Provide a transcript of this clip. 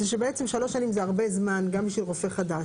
שבעצם שלוש שנים זה הרבה זמן גם בשביל רופא חדש,